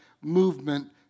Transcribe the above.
movement